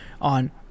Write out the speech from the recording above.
on